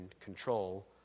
control